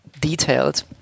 detailed